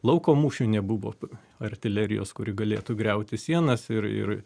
lauko mūšių nebuvo artilerijos kuri galėtų griauti sienas ir ir